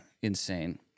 Insane